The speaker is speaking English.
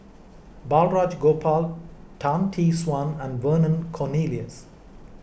Balraj Gopal Tan Tee Suan and Vernon Cornelius